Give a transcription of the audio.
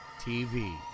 TV